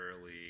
early